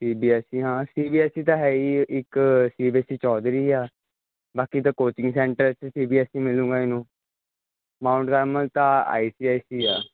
ਸੀ B S E ਹਾਂ C B S E ਤਾਂ ਹੈ ਹੀ ਇੱਕ C B S E Chaudhary ਆ ਬਾਕੀ ਤਾਂ ਕੋਚਿੰਗ ਸੈਂਟਰ 'ਚ ਸੀ ਬੀ ਐਸ ਈ ਮਿਲੂਗਾ ਇਹਨੂੰ ਮਾਉਂਟ ਕਾਰਮਲ ਤਾਂ ਆਈ ਸੀ ਐਸ ਈ ਆ